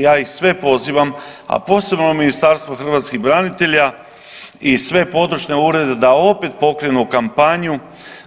Ja ih sve pozivam, a posebno Ministarstvo hrvatskih branitelja i sve područne urede da opet pokrenu kampanju